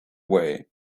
way